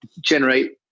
generate